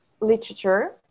literature